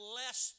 less